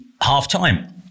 halftime